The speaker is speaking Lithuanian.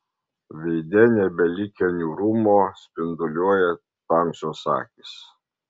veide nebelikę niūrumo spinduliuoja tamsios akys